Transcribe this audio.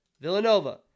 Villanova